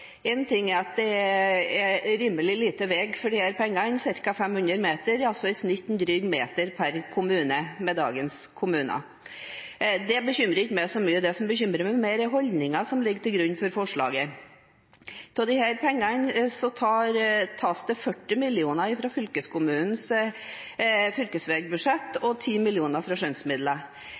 en drøy meter per kommune, med dagens kommuner. Det bekymrer ikke meg så mye. Det andre, som bekymrer meg mer, er holdningen som ligger til grunn for forslaget. Av disse pengene tas det 40 mill. kr fra fylkeskommunens fylkesveibudsjett og 10 mill. kr fra